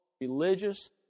religious